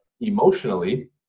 emotionally